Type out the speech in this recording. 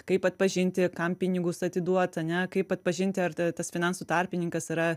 kaip atpažinti kam pinigus atiduot ane kaip atpažinti ar tas finansų tarpininkas yra